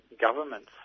governments